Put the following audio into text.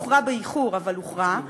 הוכרע באיחור אבל הוכרע,